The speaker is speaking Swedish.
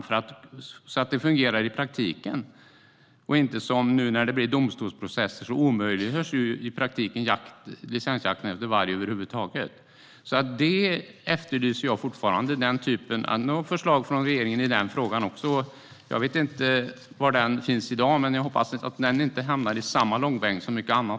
Det måste fungera i praktiken och inte som nu, för när det blir domstolsprocesser omöjliggörs ju i praktiken licensjakten efter varg över huvud taget. Den typen av förslag från regeringen efterlyser jag fortfarande. Jag vet inte var frågan är i dag, men jag hoppas att den inte hamnar i samma långbänk som mycket annat.